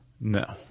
No